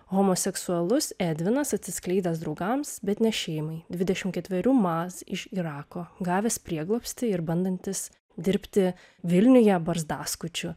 homoseksualus edvinas atsiskleidęs draugams bet ne šeimai dvidešimt ketverių mas iš irako gavęs prieglobstį ir bandantis dirbti vilniuje barzdaskučiu